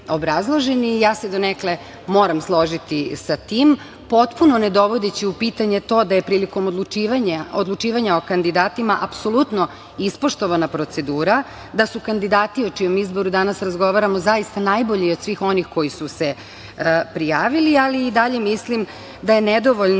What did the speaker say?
Ja se donekle moram složiti sa tim, potpuno ne dovodeći u pitanje da je prilikom odlučivanja o kandidatima apsolutno ispoštovana procedura, da su kandidati o čijem izboru danas razgovaramo, zaista najbolji od svih onih koji su se prijavili, ali i dalje mislim da je nedovoljno